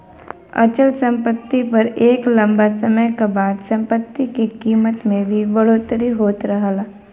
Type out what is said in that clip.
अचल सम्पति पर एक लम्बा समय क बाद सम्पति के कीमत में भी बढ़ोतरी होत रहला